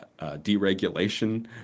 deregulation